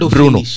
Bruno